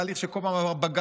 תהליך שכל פעם היה בבג"צים.